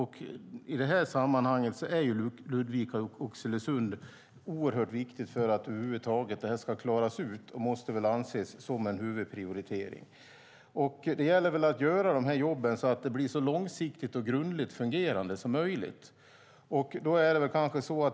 I det här sammanhanget är sträckan Ludvika-Oxelösund oerhört viktigt för att detta över huvud taget ska klaras av och måste nog anses som en huvudprioritering. Det gäller att göra detta grundligt så att det fungerar så långsiktigt som möjligt.